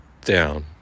down